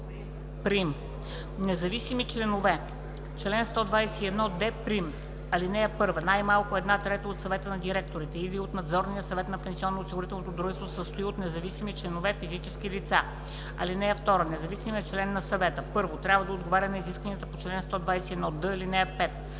„Независими членове Чл. 121д1. (1) Най-малко една трета от съвета на директорите или от надзорния съвет на пенсионноосигурителното дружество се състои от независими членове – физически лица. (2) Независимият член на съвета: 1. трябва да отговаря на изискванията по чл. 121д, ал. 5;